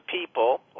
people